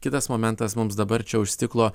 kitas momentas mums dabar čia už stiklo